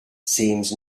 seems